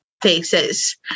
faces